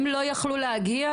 הם לא יכלו להגיע?